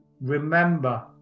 remember